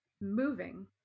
Moving